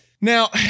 Now-